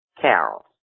Carol